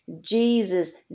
Jesus